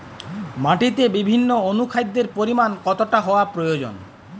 মাটিতে বিভিন্ন অনুখাদ্যের পরিমাণ কতটা হওয়া প্রয়োজন?